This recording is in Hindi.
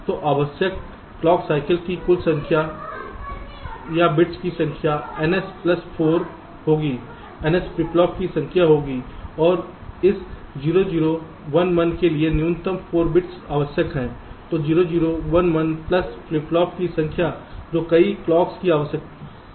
तो आवश्यक क्लॉक साइकिल की कुल संख्या या बिट्स की संख्या ns प्लस 4 होगी ns फ्लिप फ्लॉप की संख्या होगी और इस 0 0 1 1 के लिए न्यूनतम 4 बिट्स आवश्यक हैं तो 0 0 1 1 प्लस फ्लिप फ्लॉप की संख्या जो कई क्लॉक्स की आवश्यकता होती है